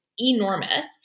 enormous